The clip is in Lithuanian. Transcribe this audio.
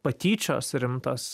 patyčios rimtos